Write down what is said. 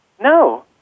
no